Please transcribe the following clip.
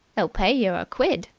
they'll pay yer a quid.